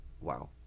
Wow